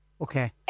Okay